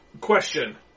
question